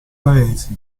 paesi